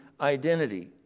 identity